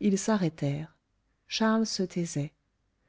ils s'arrêtèrent charles se taisait